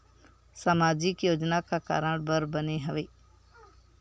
सामाजिक योजना का कारण बर बने हवे?